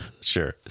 Sure